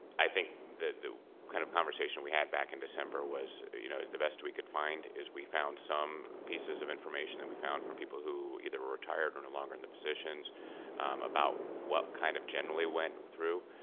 i think that the kind of conversation we had back in december was you know the best we could find is we found some pieces of information that we found from people who either were retired or no longer in the positions about what kind of generally went through,